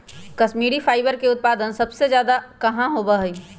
Kashmiri fibre के उत्पादन सबसे ज्यादा कहाँ होबा हई?